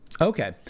Okay